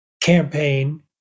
campaign